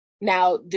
now